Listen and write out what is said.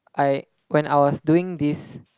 I when I was doing this